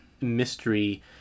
mystery